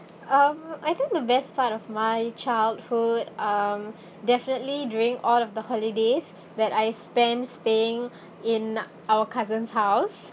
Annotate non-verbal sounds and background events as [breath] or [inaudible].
um I think the best part of my childhood um [breath] definitely during all of the holidays that I spent staying [breath] in our cousin's house